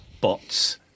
bots